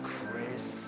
Chris